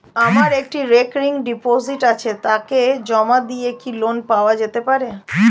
আমার একটি recurring deposit আছে তাকে জমা দিয়ে কি লোন পাওয়া যেতে পারে?